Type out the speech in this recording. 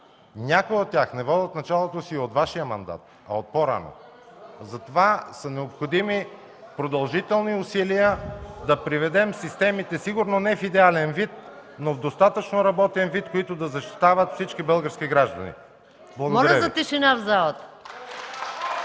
Някои от тях не водят началото си и от Вашия мандат, а от по-рано. Затова са необходими продължителни усилия, за да приведем системите сигурно не в идеален вид, но в достатъчно работен вид, така че да защитават всички български граждани. Благодаря Ви.